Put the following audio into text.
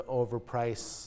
overprice